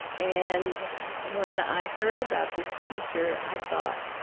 and when i heard about this teacher i thought,